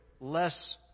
less